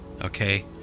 Okay